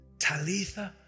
Talitha